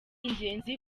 ingenzi